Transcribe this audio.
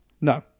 No